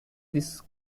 this